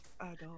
adult